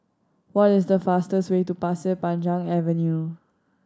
what is the fastest way to Pasir Panjang Avenue